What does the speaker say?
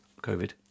COVID